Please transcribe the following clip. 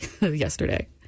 yesterday